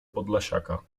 podlasiaka